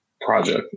project